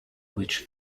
which